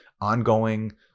ongoing